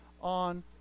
on